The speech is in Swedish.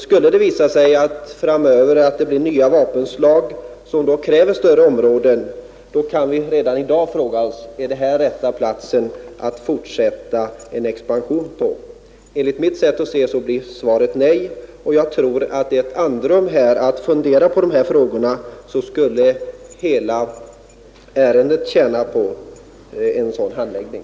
Skulle det visa sig framöver att det blir nya vapenslag, som kräver större områden, kan man redan i dag fråga om detta är rätta platsen för en fortsatt expansion. Enligt mitt sätt att se blir svaret nej. Om det blev ett andrum, skulle hela ärendet tjäna på en sådan handläggning.